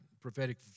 prophetic